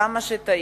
כמה שטעינו,